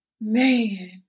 Man